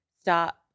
stop